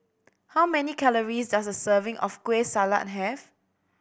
how many calories does a serving of Kueh Salat have